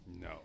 No